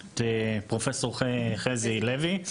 פרופ' חזי לוי,